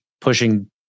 pushing